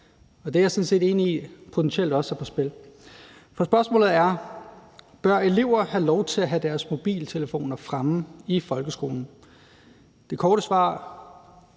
det er jeg sådan set enig i potentielt også er på spil. For spørgsmålet er: Bør elever have lov til at have deres mobiltelefoner fremme i folkeskolen? Det korte svar,